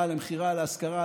להשכרה,